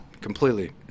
Completely